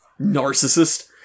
Narcissist